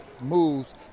moves